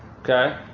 Okay